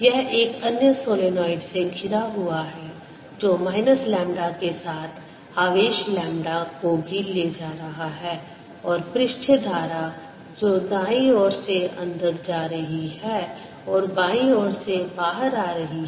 यह एक अन्य सोलेनोइड से घिरा हुआ है जो माइनस लैंबडा के साथ आवेश लैम्ब्डा को भी ले जा रहा है और पृष्ठीय धारा जो दाईं ओर से अंदर जा रही है और बायीं ओर से बहार आ रही है